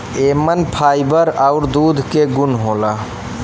एमन फाइबर आउर दूध क गुन होला